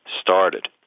started